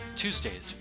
Tuesdays